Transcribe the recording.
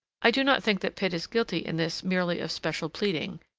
i do not think that pitt is guilty in this merely of special pleading,